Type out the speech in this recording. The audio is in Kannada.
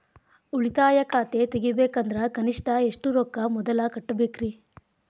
ಉಳಿತಾಯ ಖಾತೆ ತೆಗಿಬೇಕಂದ್ರ ಕನಿಷ್ಟ ಎಷ್ಟು ರೊಕ್ಕ ಮೊದಲ ಕಟ್ಟಬೇಕ್ರಿ?